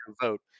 vote